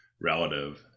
relative